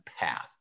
PATH